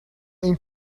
این